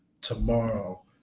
tomorrow